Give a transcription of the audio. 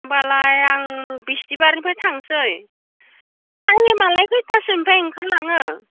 होमब्लाय आं बिस्तिबारनिफ्राय थांसै टाइमालाय खैथासोनिफ्राय ओंखारलाङो